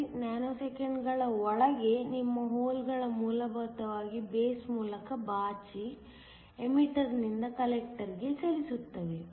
93 ನ್ಯಾನೊಸೆಕೆಂಡ್ಗಳ ಒಳಗೆ ನಿಮ್ಮ ಹೋಲ್ಗಳು ಮೂಲಭೂತವಾಗಿ ಬೇಸ್ ಮೂಲಕ ಬಾಚಿ ಎಮಿಟರ್ ನಿಂದ ಕಲೆಕ್ಟರ್ ಗೆ ಚಲಿಸುತ್ತವೆ